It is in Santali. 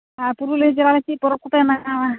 ᱟᱨ ᱯᱩᱨᱩᱞᱤᱭᱟᱹ ᱡᱮᱞᱟ ᱨᱮ ᱪᱮᱫ ᱯᱚᱨᱚᱵᱽ ᱠᱚᱯᱮ ᱢᱟᱱᱟᱣᱟ